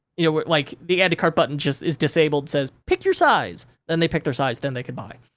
you know, like, the add-to-cart button just is disabled, says, pick your size, then they pick their size, then they could buy.